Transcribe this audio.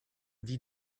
dit